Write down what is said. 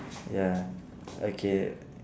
ya okay